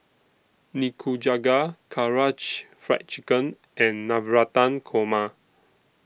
Nikujaga Karaage Fried Chicken and Navratan Korma